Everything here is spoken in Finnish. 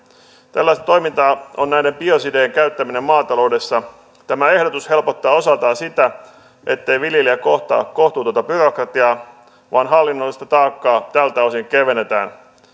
tällaista toimintaa on näiden biosidien käyttäminen maataloudessa tämä ehdotus helpottaa osaltaan sitä ettei viljelijä kohtaa kohtuutonta byrokratiaa vaan hallinnollista taakkaa tältä osin kevennetään